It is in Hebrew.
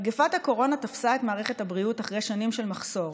מגפת הקורונה תפסה את מערכת הבריאות אחרי שנים של מחסור.